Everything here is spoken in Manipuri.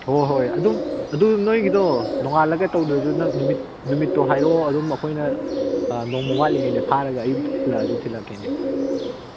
ꯍꯣꯏ ꯍꯣꯏ ꯑꯗꯨꯝ ꯑꯗꯨꯝ ꯅꯣꯏꯒꯤꯗꯣ ꯅꯣꯉꯥꯜꯂꯒ ꯇꯧꯗ꯭ꯔꯁꯨ ꯅꯪ ꯅꯨꯃꯤꯠ ꯅꯨꯃꯤꯠꯇꯣ ꯍꯥꯏꯔꯛꯑꯣ ꯑꯗꯨꯝ ꯑꯩꯈꯣꯏꯅ ꯅꯣꯡꯃ ꯋꯥꯠꯂꯤꯉꯩꯗ ꯐꯥꯔꯒ ꯑꯌꯨꯛꯇ ꯊꯤꯜꯂꯛꯑꯁꯦ ꯊꯤꯜꯂꯛꯀꯦꯅꯦ